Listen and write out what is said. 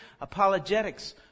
apologetics